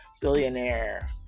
billionaire